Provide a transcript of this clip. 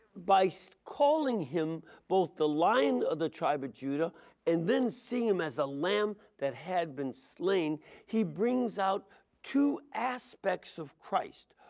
by so calling him both the lion of the tribe of judah and then seeing him as a lamb that had been slain he brings out to aspects of christ.